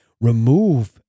remove